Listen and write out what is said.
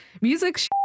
Music